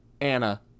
Anna